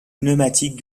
pneumatiques